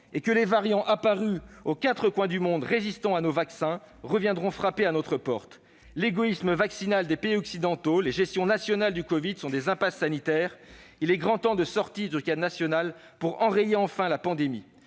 et que des variants apparus aux quatre coins du monde, résistant à nos vaccins, reviendront frapper à notre porte. L'égoïsme vaccinal des pays occidentaux, les gestions nationales de l'épidémie de covid-19 sont des impasses sanitaires. Il est grand temps de sortir du cadre national pour enrayer, enfin, la pandémie.